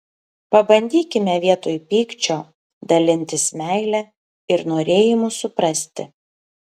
pabandykime vietoj pykčio dalintis meile ir norėjimu suprasti